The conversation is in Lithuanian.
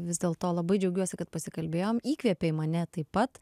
vis dėlto labai džiaugiuosi kad pasikalbėjom įkvėpei mane taip pat